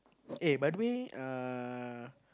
eh by the way uh